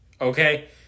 Okay